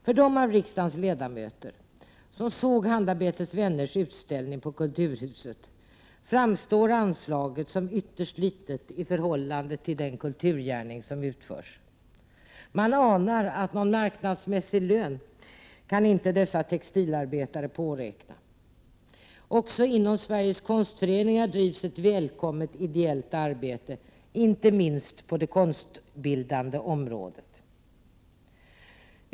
För dem av riksdagens ledamöter som såg Handarbetets vänners utställning på kulturhuset framstår anslaget som ytterst litet i förhållande till den kulturgärning som utförs. Man anar att dessa textilarbetare inte kan påräkna någon marknadsmässig lön. Också inom Sveriges konstföreningar drivs ett välkommet ideellt arbete, inte minst på det konstbildande området.